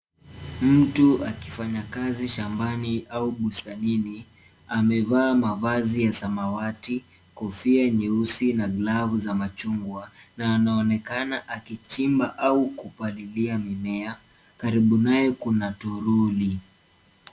Mtu akifanya kazi shambani au bustanini. Amevaa mavazi ya samawati, kofia nyeusi, na glavu za machungwa, na anaonekana akichimba au kupalilia mimea. Karibu naye kuna toroli.